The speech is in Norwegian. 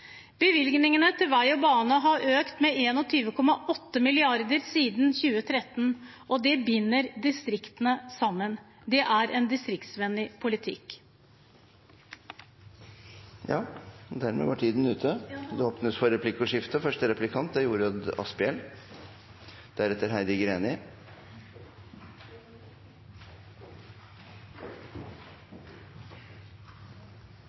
Bevilgningene til vei og bane har økt med 21,8 mrd. kr siden 2013. Det binder distriktene sammen, det er en distriktsvennlig politikk. Det blir replikkordskifte.